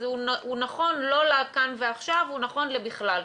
הוא נכון לא רק לכאן ועכשיו אלא בכלל.